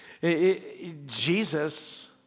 Jesus